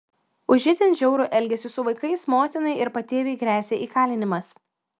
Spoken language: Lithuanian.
už itin žiaurų elgesį su vaikais motinai ir patėviui gresia įkalinimas